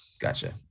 Gotcha